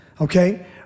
okay